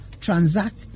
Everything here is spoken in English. transact